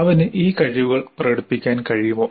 അവന് ഈ കഴിവുകൾ പ്രകടിപ്പിക്കാൻ കഴിയുമോ